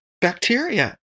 bacteria